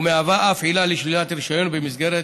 ומהווה אף עילה לשלילת רישיון מהמסגרת